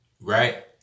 Right